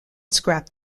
scrapped